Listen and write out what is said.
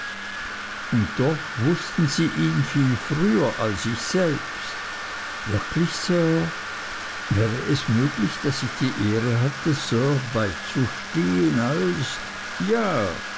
und doch wußten sie ihn viel früher als ich selbst wirklich sir wäre es möglich daß ich die ehre hatte sir beizustehen als ja